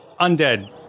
undead